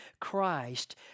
Christ